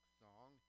song